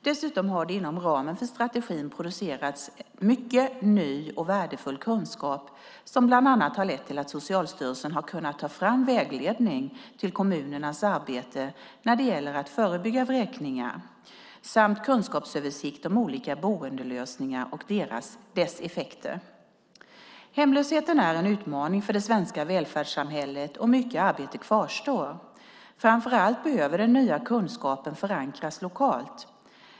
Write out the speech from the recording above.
Dessutom har det inom ramen för strategin producerats mycket ny och värdefull kunskap som bland annat har lett till att Socialstyrelsen har kunnat ta fram en vägledning till kommunernas arbete när det gäller att förebygga vräkningar samt en kunskapsöversikt om olika boendelösningar och deras effekter. Hemlösheten är en utmaning för det svenska välfärdssamhället och mycket arbete kvarstår. Framför allt behöver den nya kunskapen förankras lokalt.